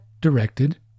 directed